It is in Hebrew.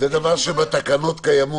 זה בתקנות קיים.